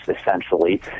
essentially